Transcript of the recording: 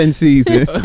season